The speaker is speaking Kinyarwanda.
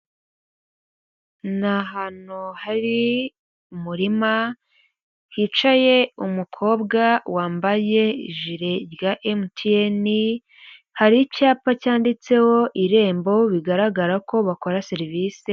Ni ahantu hari umurima, hicaye umukobwa wambaye ijire rya emutiyene, hari icyapa cyanditseho irembo bigaragara ko bakora serivisi,